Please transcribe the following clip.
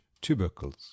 tubercles